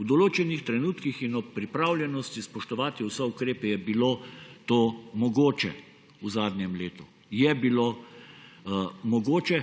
V določenih trenutkih in ob pripravljenosti spoštovati vse ukrepe je bilo to mogoče v zadnjem letu. Je bilo mogoče.